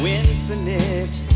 infinite